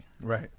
Right